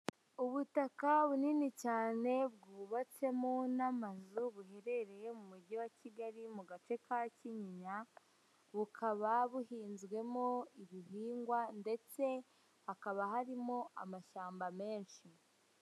Ubutaka bunini cyane bwubatsemo n'amazu buherereye mu mujyi wa Kigali mu gace ka Kinyinya, bukaba buhinzwemo ibihingwa ndetse hakaba harimo amashyamba menshi.